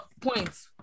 Points